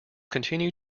continue